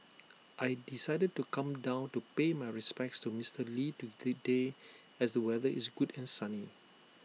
I decided to come down to pay my respects to Mister lee to day as the weather is good and sunny